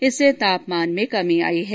इससे तापमान में कमी आई है